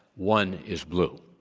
one is blue.